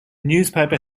newspaper